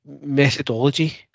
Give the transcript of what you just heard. methodology